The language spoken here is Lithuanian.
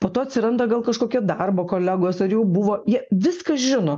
po to atsiranda gal kažkokie darbo kolegos ar jau buvo jie viską žino